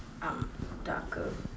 ah darker